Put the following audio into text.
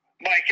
mike